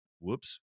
Whoops